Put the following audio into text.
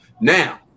now